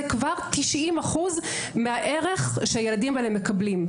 זה כבר 90% מהערך שהילדים האלה מקבלים.